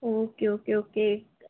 okay okay okay